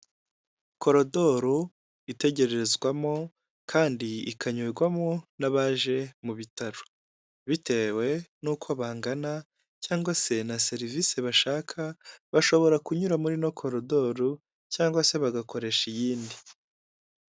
Koridoro itegerererezwamo kandi ikanyurwamo n'abaje mu bitaro. Bitewe n'uko bangana cyangwa se na serivisi bashaka, bashobora kunyura muri ino koridoro, cyangwa se bagakoresha iyindi.